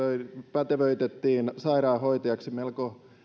pätevöitettiin sairaanhoitajaksi melko